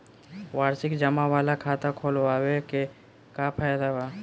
वार्षिकी जमा वाला खाता खोलवावे के का फायदा बा?